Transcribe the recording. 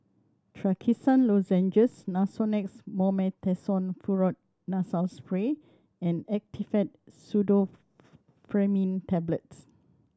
Trachisan Lozenges Nasonex Mometasone Furoate Nasal Spray and Actifed Tablets